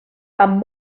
amb